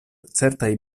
certaj